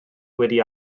wedi